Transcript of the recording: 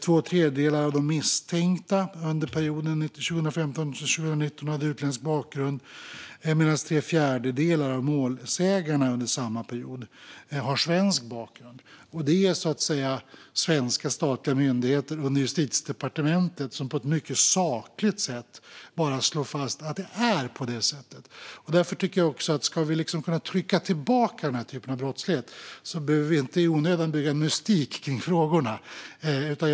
Två tredjedelar av de misstänkta under perioden 2015-2019 hade utländsk bakgrund, medan tre fjärdedelar av målsägarna under samma period hade svensk bakgrund. Det är svenska statliga myndigheter under Justitiedepartementet som på ett mycket sakligt sätt slår fast att det är på det sättet. Ska vi kunna trycka tillbaka denna typ av brottslighet behöver vi inte i onödan bygga mystik kring frågorna.